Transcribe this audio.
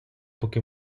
поки